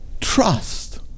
trust